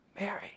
Mary